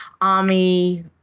Army